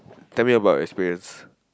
tell me about your experience